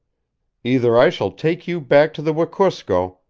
either i shall take you back to the wekusko,